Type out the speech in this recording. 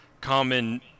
common